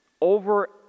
Over